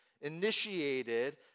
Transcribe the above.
initiated